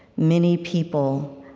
many people,